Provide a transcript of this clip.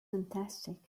fantastic